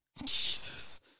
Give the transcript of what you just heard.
Jesus